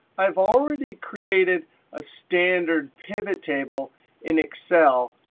i've already created a standard pivot table in excel,